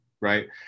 right